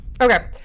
Okay